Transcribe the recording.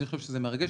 אני חושב שזה מרגש.